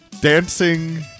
dancing